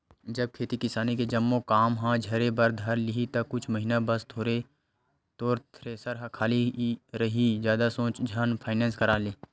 जब खेती किसानी के जम्मो काम ह झरे बर धर लिही ता कुछ महिना बस तोर थेरेसर ह खाली रइही जादा सोच झन फायनेंस करा ले